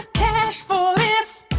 cash for this